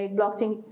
blockchain